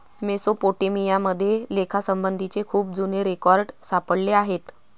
Mesopotamia मध्ये लेखासंबंधीचे खूप जुने रेकॉर्ड सापडले आहेत